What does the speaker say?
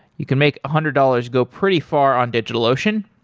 you can make a hundred dollars go pretty far on digitalocean.